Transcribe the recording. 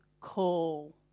call